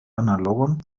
analogon